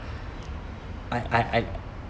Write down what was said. I I I